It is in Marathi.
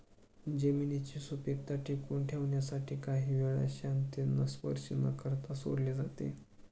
जमिनीची सुपीकता टिकवून ठेवण्यासाठी काही वेळा शेतांना स्पर्श न करता सोडले जाते